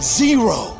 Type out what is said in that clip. zero